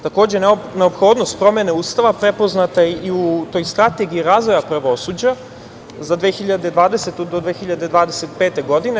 Takođe, neophodnost promene Ustava prepoznata je u i toj Strategiji razvoja pravosuđa za 2020. do 2025. godine.